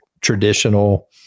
traditional